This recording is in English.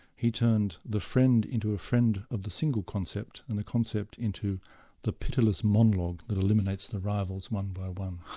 he turned the friend into a friend of the single concept and the concept into the pitiless monologue that eliminates the rivals one by one.